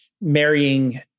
marrying